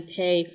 pay